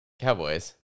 Cowboys